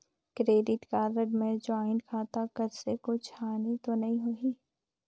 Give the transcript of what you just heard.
Credit card मे joint खाता कर से कुछ हानि तो नइ होही?